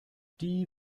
die